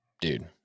dude